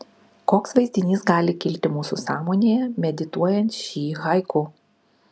koks vaizdinys gali kilti mūsų sąmonėje medituojant šį haiku